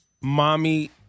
mommy